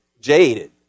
jaded